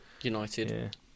United